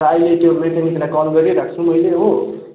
र अहिले त्यो म्याकेनिकलाई कल गरिरहेको छु मैले हो